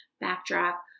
backdrop